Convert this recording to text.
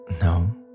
no